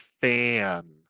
fan